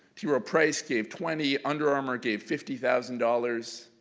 tierra price gave twenty, under armor gave fifty thousand dollars.